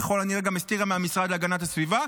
ככל הנראה הסתירה גם מהמשרד להגנת הסביבה,